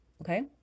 Okay